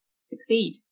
succeed